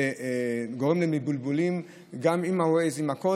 זה גורם להם לבלבולים, גם עם ה-Waze ועם הכול.